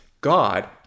God